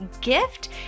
gift